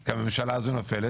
כי הממשלה הזו נופלת,